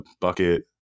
bucket